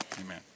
amen